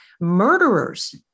Murderers